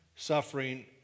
suffering